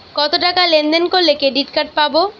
কতটাকা লেনদেন করলে ক্রেডিট কার্ড পাব?